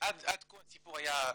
ועד כה הסיפור היה בסדר,